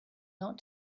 not